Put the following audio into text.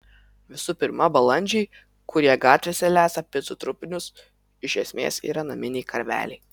visų pirma balandžiai kurie gatvėse lesa picų trupinius iš esmės yra naminiai karveliai